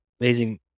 Amazing